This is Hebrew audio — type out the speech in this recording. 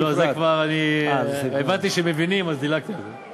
לא, הבנתי שמבינים, אז דילגתי על זה.